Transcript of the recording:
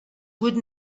would